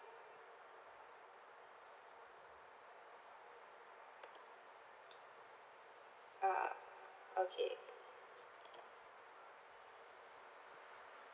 uh okay